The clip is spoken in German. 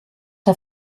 der